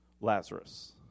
Lazarus